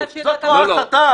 זו הייתה שאלת הבהרה.